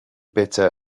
bitter